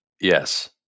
Yes